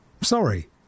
Sorry